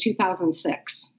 2006